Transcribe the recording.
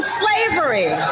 slavery